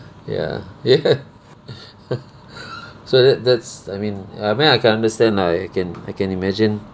ya ya so that that's I mean I mean I can understand lah I can I can imagine